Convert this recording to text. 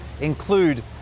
include